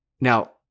Now